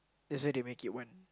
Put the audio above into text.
that's why they make it one